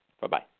Bye-bye